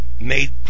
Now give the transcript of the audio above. made